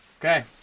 Okay